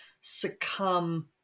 succumb